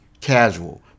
casual